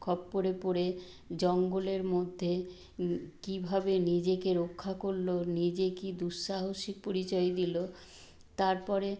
খপ্পরে পড়ে জঙ্গলের মধ্যে কীভাবে নিজেকে রক্ষা করলো নিজে কী দুঃসাহসিক পরিচয় দিলো তারপরে